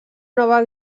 nova